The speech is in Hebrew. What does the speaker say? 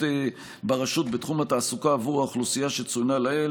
ברשות בתחום התעסוקה עבור האוכלוסייה שצוינה לעיל.